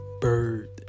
bird